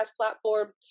platform